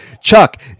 Chuck